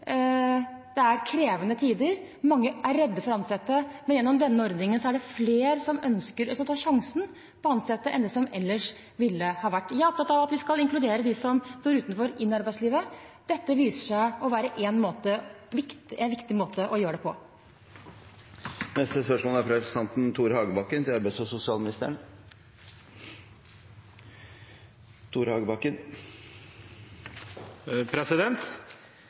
det er krevende tider. Mange er redde for å ansette, men gjennom denne ordningen er det flere som ønsker å ta sjansen på å ansette enn det ellers ville ha vært. Jeg er opptatt av at vi skal inkludere dem som står utenfor arbeidslivet, inn i arbeidslivet. Dette viser seg å være en viktig måte å gjøre det på. «Regjeringens mål om å få flere midlertidig ansatte ser dessverre ut til